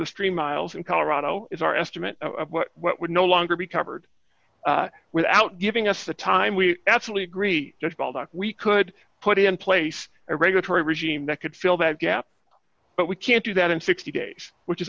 the stream miles in colorado is our estimate of what would no longer be covered without giving us the time we absolutely agree that ballpark we could put in place a regulatory regime that could fill that gap but we can't do that in sixty days which is